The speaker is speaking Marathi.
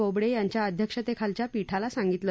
बोबडे यांच्या अध्यक्षतेखालच्या पीठाला सांगितलं